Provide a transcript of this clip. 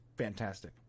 fantastic